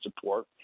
support